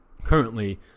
currently